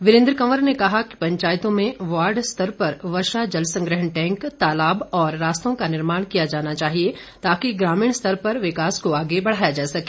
वीरेन्द्र कंवर ने कहा कि पंचायतों में वार्ड स्तर पर वर्षा जलसंग्रहण टैंक तालाब रास्ते का निर्माण कार्य किया जाना चाहिए ताकि ग्रामीण स्तर पर विकास को आगे बढाया जा सके